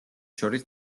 შორის